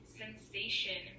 sensation